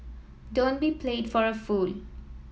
don't be played for a fool